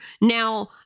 Now